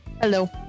Hello